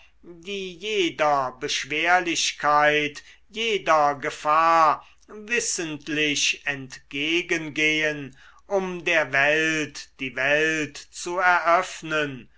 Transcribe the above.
die jeder beschwerlichkeit jeder gefahr wissentlich entgegengehen um der welt die welt zu eröffnen